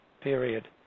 Period